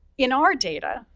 in our data,